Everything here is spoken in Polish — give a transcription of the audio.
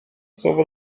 słowo